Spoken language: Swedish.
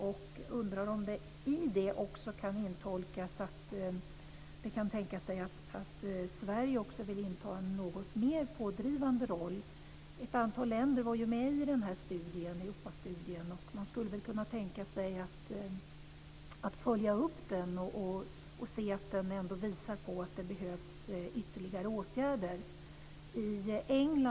Jag undrar om det i den meningen också kan intolkas att det kan tänkas att Sverige vill ta på sig en något mer pådrivande roll. Ett antal länder var ju med i Europastudien. Man skulle väl kunna tänka sig att följa upp den och se att den visar på att ytterligare åtgärder behövs.